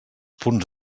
punts